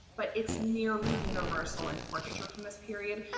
but it's nearly universal in portraiture from this period.